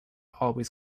always